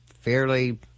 fairly